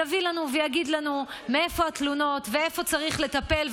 יביא לנו ויגיד לנו מאיפה התלונות ואיפה צריך לטפל,